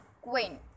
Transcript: queen